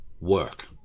work